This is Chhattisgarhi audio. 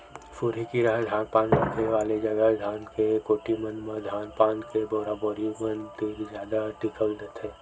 सुरही कीरा ह धान पान रखे वाले जगा धान के कोठी मन म धान पान के बोरा बोरी मन तीर जादा दिखउल देथे